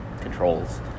controls